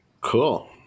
Cool